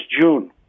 June